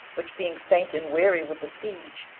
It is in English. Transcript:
which being faint and weary with the siege,